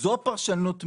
זו פרשנות מלאה.